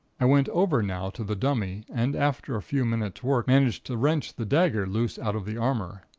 i went over now to the dummy, and after a few minute's work managed to wrench the dagger loose out of the armor.